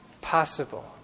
possible